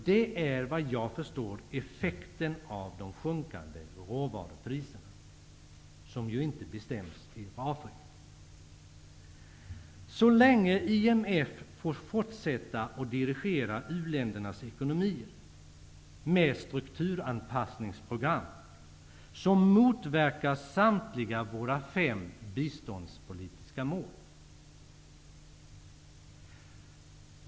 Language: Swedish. Det är effekten av de sjunkande råvarupriserna, som ju inte bestäms i Så länge IMF får fortsätta och dirigera u-ländernas ekonomier med strukturanpassningsprogram, motverkas samtliga våra fem biståndspolitiska mål.